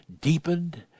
deepened